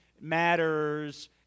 matters